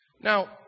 Now